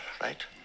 right